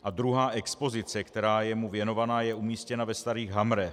A druhá expozice, která je mu věnovaná, je umístěna ve Starých Hamrech.